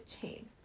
chain